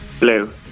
Blue